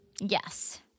Yes